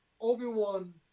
Obi-Wan